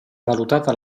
valutata